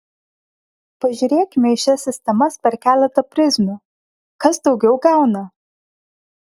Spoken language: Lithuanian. pažiūrėkime į šias sistemas per keletą prizmių kas daugiau gauna